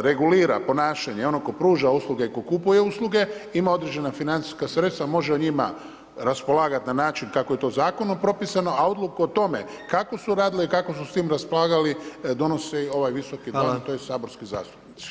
regulira ponašanje onog tko pruža usluge ko kupuje usluge, ima određena financijska sredstva može o njima raspolagati na način kako je to zakonom propisano, a odluku o tome kako su radile i kako su s tim raspolagali donosi ovaj Visoki dom, tj. saborski zastupnici.